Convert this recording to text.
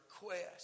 request